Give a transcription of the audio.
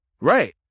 Right